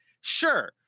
Sure